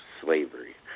slavery